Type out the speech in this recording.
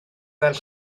fel